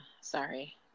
sorry